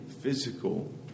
physical